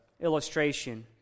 illustration